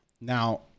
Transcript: now